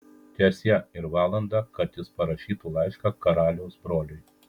teesie ir valandą kad jis parašytų laišką karaliaus broliui